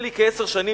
נדמה לי כעשר שנים,